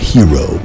hero